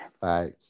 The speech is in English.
Bye